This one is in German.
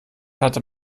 hatte